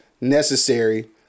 necessary